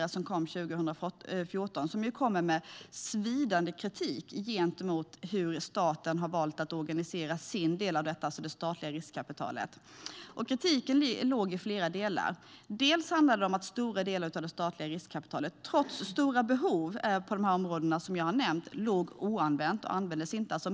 Resultatet kom 2014, och man kom med svidande kritik mot hur staten har valt att organisera sin del av detta, alltså det statliga riskkapitalet. Kritiken bestod av flera delar. Det handlade om att mycket av det statliga riskkapitalet, trots stora behov på de områden som jag har nämnt, var oanvänt.